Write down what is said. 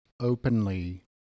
openly